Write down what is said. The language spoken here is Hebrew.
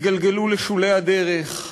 התגלגלו לשולי הדרך,